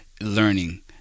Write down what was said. learning